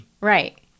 Right